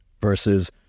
versus